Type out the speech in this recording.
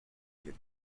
ирнэ